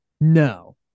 no